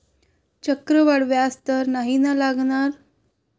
चक्रवाढ व्याज तर नाही ना लागणार?